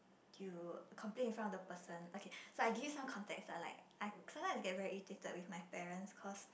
you complain in front of the person okay so I give you some context lah like I sometimes get very irritated with my parents cause